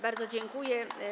Bardzo dziękuję.